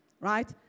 right